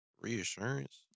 Reassurance